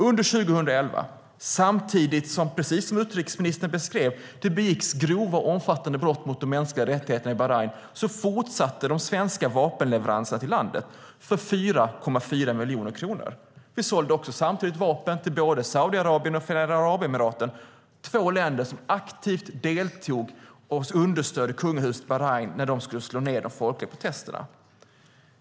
Under 2011, samtidigt som det, precis som utrikesministern beskrev, begicks grova och omfattande brott mot de mänskliga rättigheterna i Bahrain, fortsatte de svenska vapenleveranserna till landet för 4,4 miljoner kronor. Vi sålde samtidigt också vapen till både Saudiarabien och Förenade arabemiraten, två länder som aktivt deltog och understödde kungahuset i Bahrain när de skulle slå ned de folkliga protesterna.